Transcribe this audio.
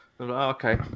Okay